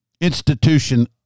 institution